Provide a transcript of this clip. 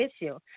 issue